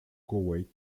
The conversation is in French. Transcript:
koweït